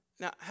Now